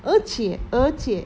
而且而且